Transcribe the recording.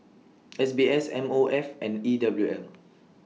S B S M O F and E W M